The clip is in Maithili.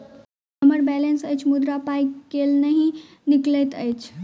हम्मर बैलेंस अछि मुदा पाई केल नहि निकलैत अछि?